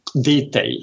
detail